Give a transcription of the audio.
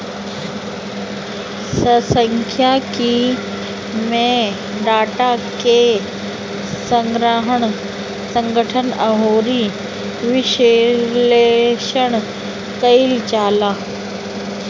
सांख्यिकी में डाटा के संग्रहण, संगठन अउरी विश्लेषण कईल जाला